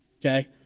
okay